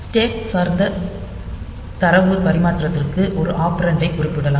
stack சார்ந்த தரவு பரிமாற்றத்திற்கு ஒரு ஆபரேண்ட் ஐ குறிப்பிடலாம்